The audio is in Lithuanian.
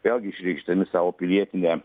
vėlgi išreikšdami savo pilietinę